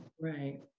Right